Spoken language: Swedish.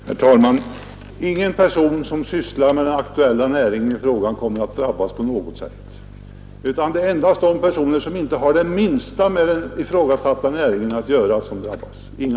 Herr talman! Ingen som sysslar med den aktuella verksamheten kommer att drabbas på något sätt utan endast de personer som inte har det minsta att göra med näringen i fråga.